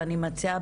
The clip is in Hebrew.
ואני מציעה,